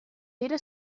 pere